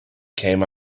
came